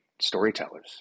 storytellers